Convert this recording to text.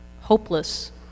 Hopeless